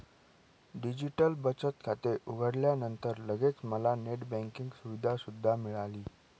digital बचत खाते उघडल्यावर लगेच मला नेट बँकिंग सुविधा सुद्धा मिळाली